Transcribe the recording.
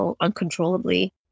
uncontrollably